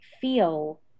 feel